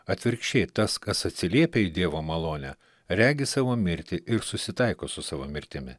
atvirkščiai tas kas atsiliepia į dievo malonę regi savo mirtį ir susitaiko su savo mirtimi